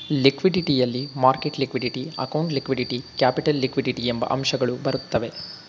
liquidity ಯಲ್ಲಿ market liquidity, accounting liquidity, capital liquidity ಎಂಬ ಅಂಶಗಳು ಬರುತ್ತವೆ